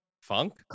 Funk